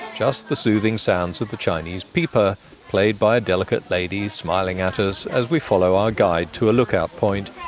just the soothing sounds of the chinese pipa played by a delicate lady smiling at us as we follow our guide to a lookout point.